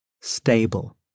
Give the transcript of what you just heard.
stable